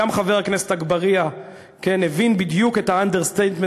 חבר הכנסת אגבאריה הבין בדיוק את ה-understatement